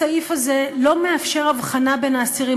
הסעיף הזה לא מאפשר הבחנה בין האסירים,